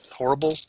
Horrible